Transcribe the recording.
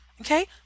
Okay